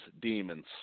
Demons